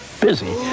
busy